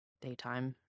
daytime